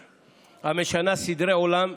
המשנה סדרי עולם,